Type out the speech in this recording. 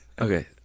Okay